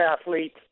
athlete